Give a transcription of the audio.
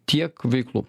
tiek veiklų